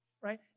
right